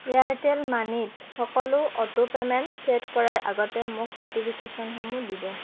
Airtel মানিত সকলো auto payment set কৰাৰ আগতে মোক ন'টিফিকেশ্যনসমূহ দিব